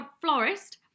florist